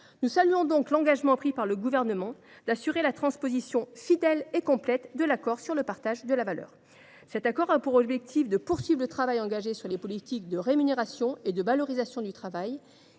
Nous saluons donc l’engagement pris par le Gouvernement d’assurer la transposition fidèle et complète de l’accord sur le partage de la valeur. L’accord a pour objectif de poursuivre le travail engagé sur les politiques de rémunération et de valorisation du travail.